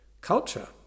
culture